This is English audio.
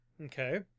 Okay